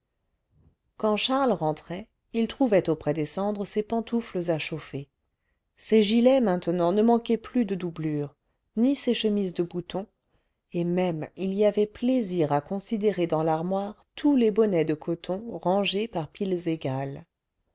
quand charles rentrait il trouvait auprès des cendres ses pantoufles à chauffer ses gilets maintenant ne manquaient plus de doublure ni ses chemises de boutons et même il y avait plaisir à considérer dans l'armoire tous les bonnets de coton rangés par piles égales